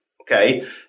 Okay